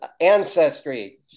ancestry